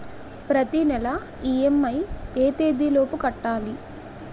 ప్రతినెల ఇ.ఎం.ఐ ఎ తేదీ లోపు కట్టాలి?